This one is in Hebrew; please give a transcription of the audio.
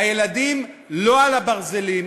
הילדים לא על הברזלים,